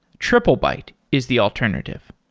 triplebyte is the alternative.